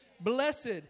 Blessed